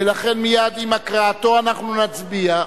ולכן מייד עם סיום הקראתו אנחנו נצביע.